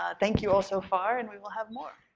ah thank you all so far and we will have more.